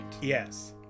Yes